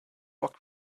rock